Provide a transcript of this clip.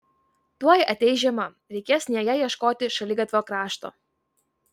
tuoj ateis žiema reikės sniege ieškoti šaligatvio krašto